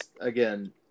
again